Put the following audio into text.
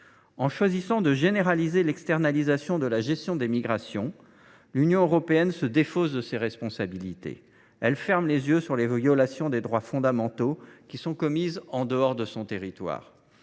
En choisissant de généraliser l’externalisation de la gestion des migrations, l’Union européenne se défausse de ses responsabilités. Elle ferme les yeux sur les violations des droits fondamentaux qui sont commises en dehors de son territoire.